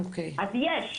אז יש.